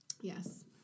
yes